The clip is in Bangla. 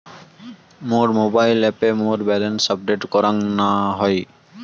মোর মোবাইল অ্যাপে মোর ব্যালেন্স আপডেট করাং না হই